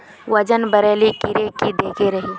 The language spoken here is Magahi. वजन बढे ले कीड़े की देके रहे?